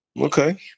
Okay